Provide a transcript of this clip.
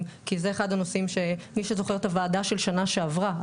כי זה אחד הנושאים שמי שזוכר את הוועדה של שנה שעברה,